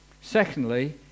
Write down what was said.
Secondly